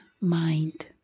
mind